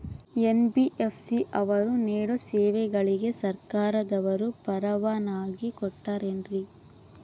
NBFC ಅವರು ನೇಡೋ ಸೇವೆಗಳಿಗೆ ಸರ್ಕಾರದವರು ಪರವಾನಗಿ ಕೊಟ್ಟಾರೇನ್ರಿ?